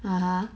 (uh huh)